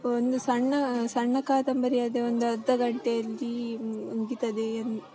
ಒಂದು ಸಣ್ಣ ಸಣ್ಣ ಕಾದಂಬರಿ ಆರೆ ಒಂದು ಅರ್ಧ ಗಂಟೆಯಲ್ಲಿ ಮುಗೀತದೆ